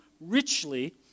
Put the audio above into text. richly